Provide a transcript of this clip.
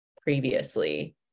previously